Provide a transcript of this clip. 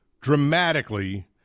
dramatically